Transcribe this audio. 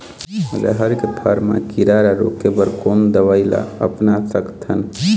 रहर के फर मा किरा रा रोके बर कोन दवई ला अपना सकथन?